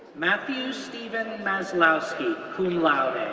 matthew stephen maslousky, cum laude,